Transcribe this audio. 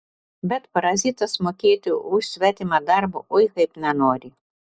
bet parazitas mokėti už svetimą darbą oi kaip nenori